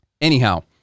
anyhow